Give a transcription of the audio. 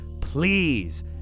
Please